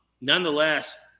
nonetheless